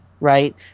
right